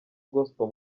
gospel